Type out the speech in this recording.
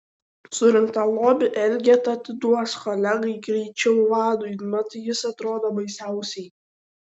surinktą lobį elgeta atiduos kolegai greičiau vadui mat jis atrodo baisiausiai